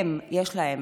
הם בעלי